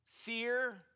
fear